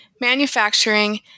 manufacturing